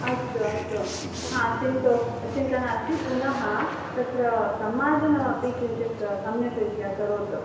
अस्तु अस्तु हा चिन्तु चिन्ता नास्ति पुनः तत्र सम्मार्जनमपि किञ्चित् सम्यक् रीत्या करोतु